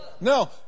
No